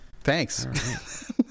thanks